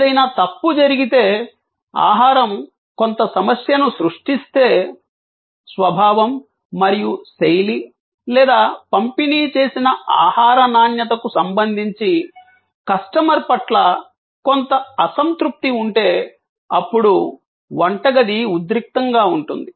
ఏదైనా తప్పు జరిగితే ఆహారం కొంత సమస్యను సృష్టిస్తే స్వభావం మరియు శైలి లేదా పంపిణీ చేసిన ఆహార నాణ్యతకు సంబంధించి కస్టమర్ పట్ల కొంత అసంతృప్తి ఉంటే అప్పుడు వంటగది ఉద్రిక్తంగా ఉంటుంది